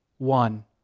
one